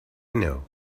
know